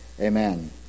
Amen